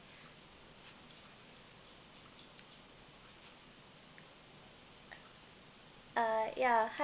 uh ya